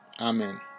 Amen